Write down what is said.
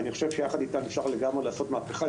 יחד איתם אפשר לעשות מהפכה.